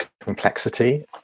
complexity